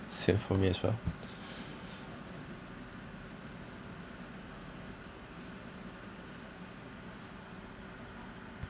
same for me as well